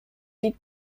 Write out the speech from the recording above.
die